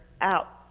out